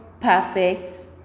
perfect